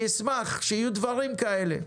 אני אשמח שיהיו דברים כאלה.